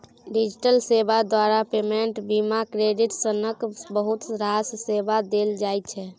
digital सेबा द्वारा payment, बीमा, क्रेडिट सनक बहुत रास सेबा देल जाइ छै